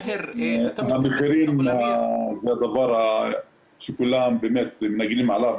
המחירים זה הדבר שכולם מדברים עליו,